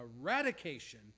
eradication